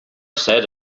said